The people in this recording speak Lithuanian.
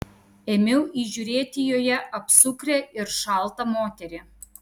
ėmiau įžiūrėti joje apsukrią ir šaltą moterį